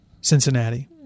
Cincinnati